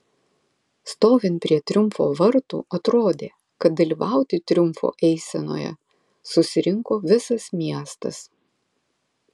stovint prie triumfo vartų atrodė kad dalyvauti triumfo eisenoje susirinko visas miestas